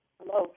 Hello